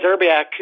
Zerbiak